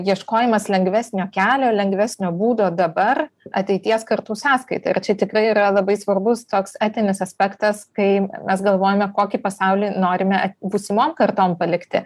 ieškojimas lengvesnio kelio lengvesnio būdo dabar ateities kartų sąskaita čia tikrai yra labai svarbus toks etinis aspektas kai mes galvojame kokį pasaulį norime būsimom kartom palikti